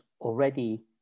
already